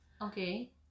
Okay